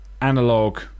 analog